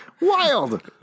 Wild